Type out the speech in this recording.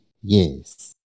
yes